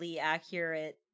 accurate